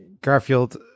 Garfield